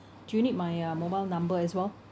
do you need my uh mobile number as well